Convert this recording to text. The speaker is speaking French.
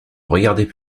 regardait